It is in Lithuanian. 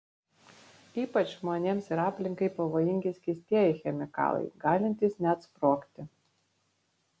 ypač žmonėms ir aplinkai pavojingi skystieji chemikalai galintys net sprogti